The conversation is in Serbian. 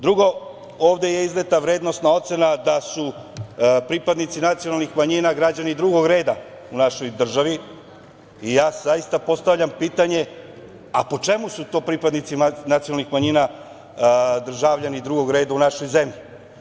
Drugo, ovde je izneta vrednosna ocena da su pripadnici nacionalnih manjina građani drugog reda u našoj državi i ja zaista postavljam pitanje – a po čemu su to pripadnici nacionalnih manjina državljani drugog reda u našoj zemlji?